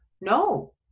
No